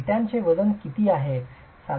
वीटचे वजन किती आहे